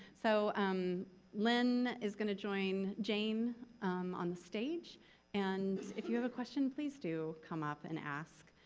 so um lynn is gonna join jane on the stage and if you have a question please do come up and ask.